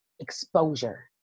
exposure